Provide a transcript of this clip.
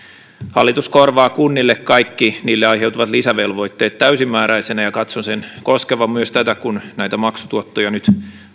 hallitus korvaa kunnille kaikki niille aiheutuvat lisävelvoitteet täysimääräisenä ja katson sen koskevan myös tätä eli kun näitä maksutuottaja nyt